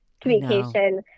communication